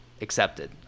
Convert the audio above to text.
accepted